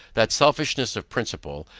that selfishness of principle,